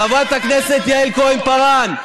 חברת הכנסת יעל כהן-פארן,